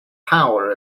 power